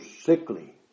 sickly